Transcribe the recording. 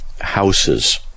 houses